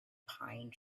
pine